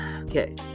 Okay